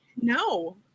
No